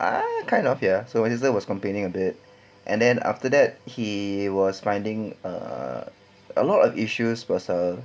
ah kind of ya so my sister was complaining a bit and then after that he was finding a a lot of issues pasal